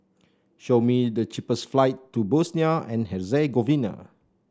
show me the cheapest flight to Bosnia and Herzegovina